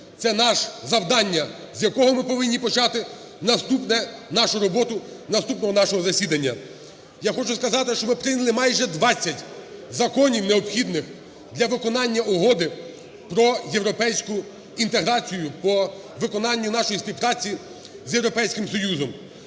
Це наше завдання, з якого ми повинні почати в наступне... нашу роботу наступного нашого засідання. Я хочу сказати, що ми прийняли майже 20 законів, необхідних для виконання Угоди про європейську інтеграцію по виконанню нашої співпраці з Європейським Союзом.